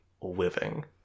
living